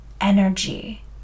energy